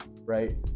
Right